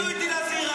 הם נכנסו איתי לזירה.